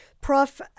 Prof